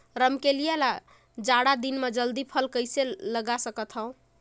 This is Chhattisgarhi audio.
रमकलिया ल जाड़ा दिन म जल्दी फल कइसे लगा सकथव?